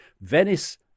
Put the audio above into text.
Venice